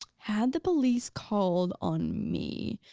had the police called on me,